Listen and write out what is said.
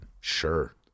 Sure